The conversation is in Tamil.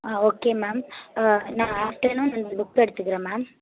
ஆ ஓகே மேம் ஆ நான் ஆஃப்ட்டர்நூன் புக் எடுத்துக்கிற மேம்